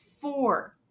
four